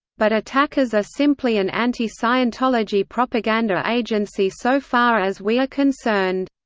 but attackers are simply an anti-scientology propaganda agency so far as we are concerned.